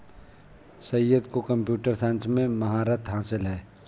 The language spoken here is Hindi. सैयद को कंप्यूटर साइंस में महारत हासिल है